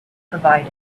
provided